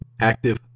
active